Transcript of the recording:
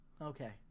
Okay